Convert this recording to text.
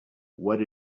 what